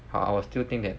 uh I will still think that